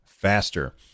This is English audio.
faster